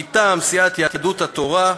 מטעם סיעת יהדות התורה,